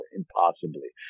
impossibly